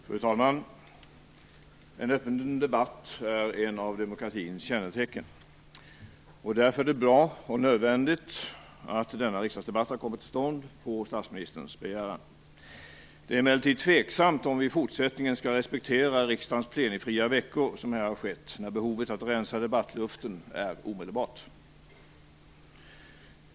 Fru talman! En öppen debatt är en av demokratins kännetecken. Därför är det bra och nödvändigt att denna riksdagsdebatt har kommit till stånd på statsministerns begäran. Det är emellertid tveksamt om vi i fortsättningen skall respektera riksdagens plenifria veckor som här har skett när behovet att rensa debattluften är omedelbart.